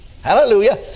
hallelujah